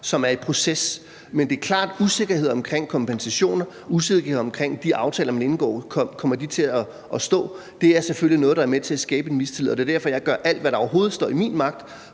som er i proces. Men det er klart, at usikkerhed omkring kompensationer og usikkerhed omkring, om de aftaler, man indgår, kommer til at stå, selvfølgelig er noget, der er med til at skabe en mistillid. Og det er derfor, jeg gør alt, hvad der overhovedet står i min magt,